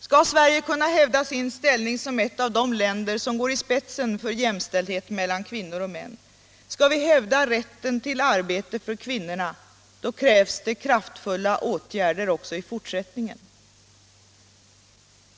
Skall Sverige kunna hävda sin ställning som ett av de länder som går i spetsen för jämställdhet mellan kvinnor och män, skall vi kunna hävda rätten till arbete för kvinnorna, då krävs det kraftfulla åtgärder också i fortsättningen.